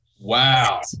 Wow